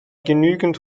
genügend